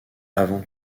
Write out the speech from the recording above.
avant